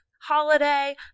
holiday